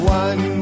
one